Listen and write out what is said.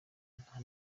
nta